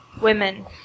women